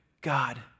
God